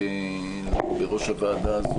שיושב-ראש הוועדה הזו,